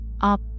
up